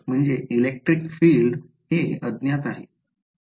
बरोबर electric field हे अज्ञात आहे